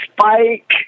Spike